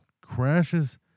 crashes